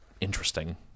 interesting